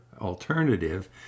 alternative